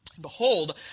Behold